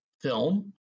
film